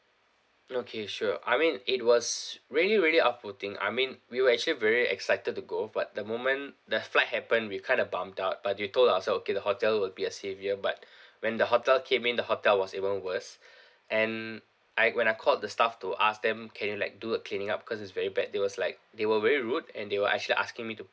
okay sure I mean it was really really off-putting I mean we were actually very excited to go but the moment that flight happened we kind of bummed out but we told ourselves okay the hotel will be a savior but when the hotel came in the hotel was even worse and like when I called the staff to ask them can you like do a cleaning up cause it's very bad they was like they were very rude and they were actually asking me to